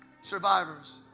Survivors